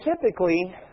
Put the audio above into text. typically